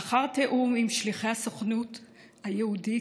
לאחר תיאום עם שליחי הסוכנות היהודית,